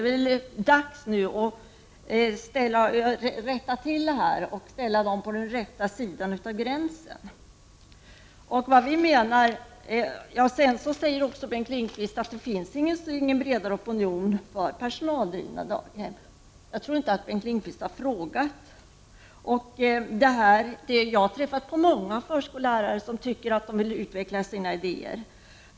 Det är dags nu att rätta till saken och ställa dem på den rätta sidan av gränsen. Bengt Lindqvist sade att det inte finns någon bred opinion för personaldrivna daghem. Men har Bengt Lindqvist frågat? Jag har träffat många förskollärare som vill utveckla sina idéer.